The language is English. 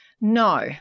No